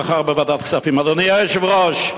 אדוני היושב-ראש,